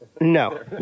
No